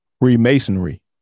Freemasonry